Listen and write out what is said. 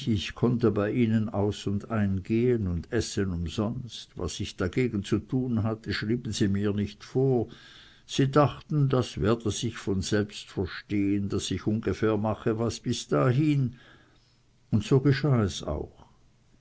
ich konnte bei ihnen aus und eingehen und essen umsonst was ich dagegen zu tun hatte schrieben sie mir nicht vor sie dachten das werde sich von selbst verstehen daß ich ungefähr mache was bis dahin und so geschah es auch